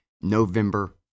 November